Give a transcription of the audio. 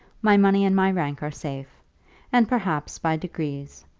my money and my rank are safe and, perhaps, by degrees,